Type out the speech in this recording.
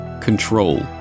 Control